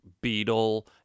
Beetle